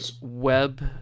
web